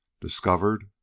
Discovered